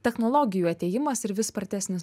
technologijų atėjimas ir vis spartesnis